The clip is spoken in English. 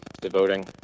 devoting